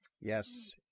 Yes